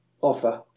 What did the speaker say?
offer